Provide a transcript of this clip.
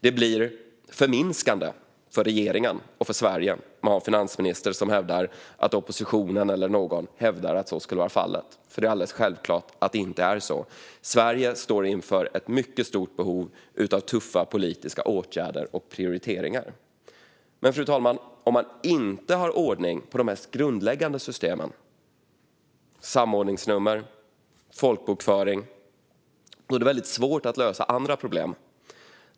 Det är förminskande för regeringen och för Sverige att vi har en finansminister som påstår att oppositionen eller någon annan hävdar att så skulle vara fallet. Det är alldeles självklart att det inte är så. Sverige står inför ett mycket stort behov av tuffa politiska åtgärder och prioriteringar. Men, fru talman, om man inte har ordning på de mest grundläggande systemen - samordningsnummer, folkbokföring - är det svårt att lösa andra problem.